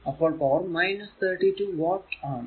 അപ്പോൾ power 32 watt ആണ്